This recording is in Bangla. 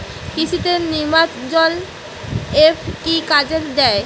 কৃষি তে নেমাজল এফ কি কাজে দেয়?